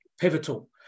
pivotal